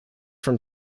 from